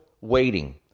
waiting